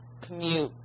commute